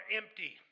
empty